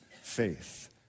faith